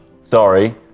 sorry